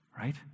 right